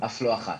אף לא אחת.